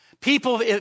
People